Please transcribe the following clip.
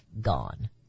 gone